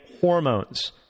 hormones